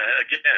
again